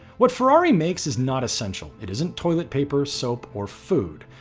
what ferrari makes is not essential. it isn't toilet paper, soap or food.